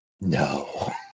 No